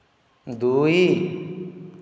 ଦୁଇ